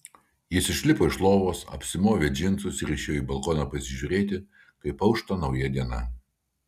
jis išlipo iš lovos apsimovė džinsus ir išėjo į balkoną pasižiūrėti kaip aušta nauja diena